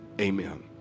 Amen